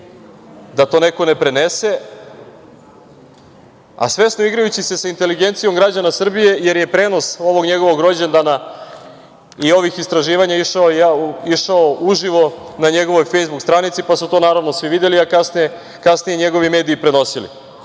da to neko ne prenese, a svesno igrajući sa inteligencijom građana Srbije, jer je prenos ovog njegovog rođendana i ovih istraživanja išao uživo na njegovoj fejsbuk stranici, pa su to naravno svi videli, a kasnije njegovi mediji prenosili. Ono